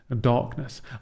darkness